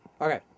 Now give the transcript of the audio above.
Okay